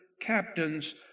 captains